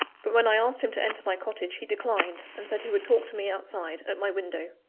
but when i asked him to enter my cottage, he declined, and said he would talk to me outside, at my window.